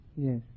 Yes